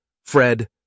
Fred